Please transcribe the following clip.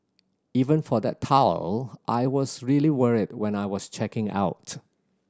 even for that towel I was really worried when I was checking out